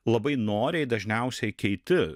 labai noriai dažniausiai keiti